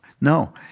no